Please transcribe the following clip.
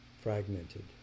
fragmented